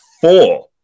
Four